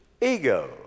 ego